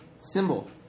Symbol